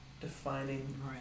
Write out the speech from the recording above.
defining